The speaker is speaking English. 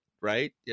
right